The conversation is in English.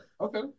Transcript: Okay